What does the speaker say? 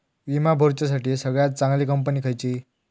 विमा भरुच्यासाठी सगळयात चागंली कंपनी खयची?